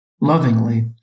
lovingly